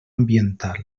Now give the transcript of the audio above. ambiental